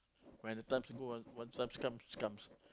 when the times to go ah once times come it comes